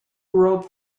wrote